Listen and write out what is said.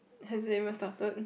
has it even started